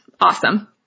awesome